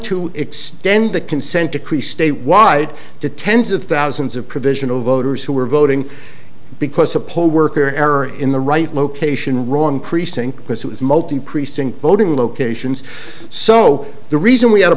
to extend the consent decree state wide to tens of thousands of provisional voters who were voting because a poll worker error in the right location wrong precinct because it was multi precinct voting locations so the reason we had a